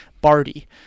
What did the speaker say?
Barty